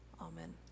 Amen